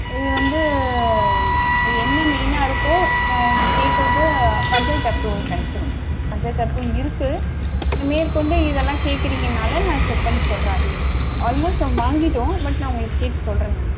இது வந்து என்ன மெயினாக இருக்கோ நான் உங்களுக்கு கேட்கறது பஞ்சாயத்து அப்ரூவல் கெடைச்சிரும் பஞ்சாயத்து அப்ரூவல் இருக்குது மேற்கொண்டு இதெல்லாம் கேட்குறீங்கனால நான் செக் பண்ணி சொல்கிறேன் அதையும் ஆல்மோஸ்ட் நாங்கள் வாங்கிவிட்டோம் பட் நான் உங்களுக்கு கேட்டு சொல்கிறேன் மேம்